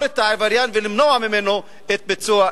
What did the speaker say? את העבריין ולמנוע ממנו את ביצוע פשעו.